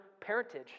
parentage